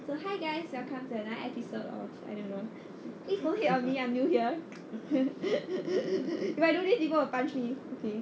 so hi guys welcome to another episode of I don't know please don't hate on me I'm new here if I do this people will punch me